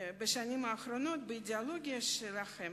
בשנים האחרונות שגויים באידיאולוגיה שלהם.